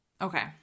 okay